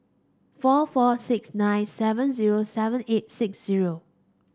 four four six nine seven zero seven eight six zero